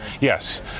Yes